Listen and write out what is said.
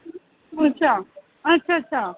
अच्छा अच्छा अच्छा